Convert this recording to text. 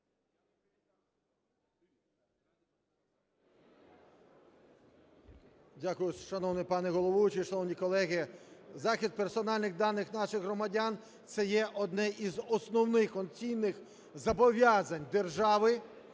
Дякую. Шановний пане головуючий! Шановні колеги! Захист персональних даних наших громадян – це є одне із основних конституційних зобов'язань держави